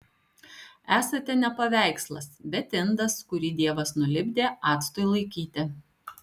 esate ne paveikslas bet indas kurį dievas nulipdė actui laikyti